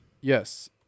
Yes